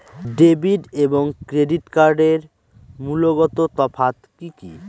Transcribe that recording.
Debit এবং credit কার্ডের মূলগত তফাত কি কী?